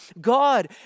God